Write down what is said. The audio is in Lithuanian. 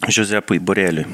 žozė puiborėliui